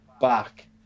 back